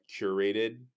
curated